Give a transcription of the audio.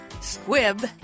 Squib